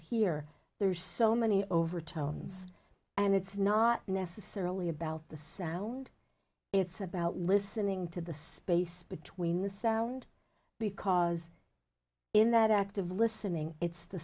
hear there's so many overtones and it's not necessarily about the sound it's about listening to the space between the sound because in that act of listening it's the